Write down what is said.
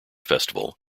festival